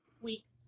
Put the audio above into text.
Weeks